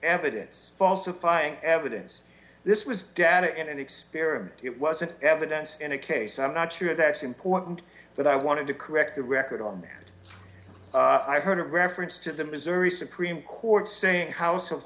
evidence falsifying evidence this was definite and an experiment it wasn't evidence and a case i'm not sure that's important but i wanted to correct the record on that i heard of reference to the missouri supreme court saying ho